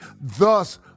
Thus